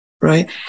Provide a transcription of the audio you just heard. right